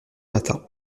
matin